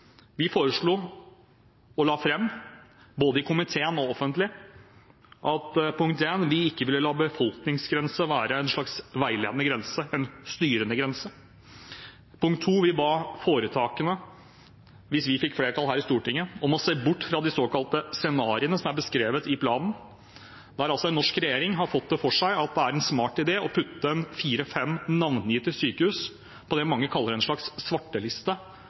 Vi la fram forslag både i komiteen og offentlig: Vi ville ikke la en befolkningsgrense være en slags veiledende grense, en styrende grense. Vi ba foretakene, hvis vi fikk flertall her i Stortinget, om å se bort fra de såkalte scenarioene som er beskrevet i planen, der altså en norsk regjering har fått det for seg at det er en smart idé å putte fire–fem navngitte sykehus på det mange kaller en slags svarteliste,